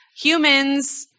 humans